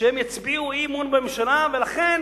שהם יצביעו אי-אמון בממשלה, ולכן